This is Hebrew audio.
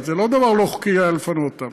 זה לא היה דבר לא חוקי לפנות אותם.